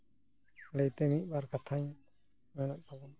ᱞᱟᱹᱭᱛᱮ ᱢᱤᱫᱼᱵᱟᱨ ᱠᱟᱛᱷᱟᱧ ᱨᱚᱲᱮᱫ ᱛᱟᱵᱚᱱᱟ